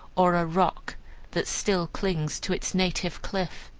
or a rock that still clings to its native cliff.